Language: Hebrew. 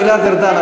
השר גלעד ארדן,